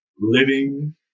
living